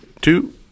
two